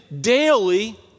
daily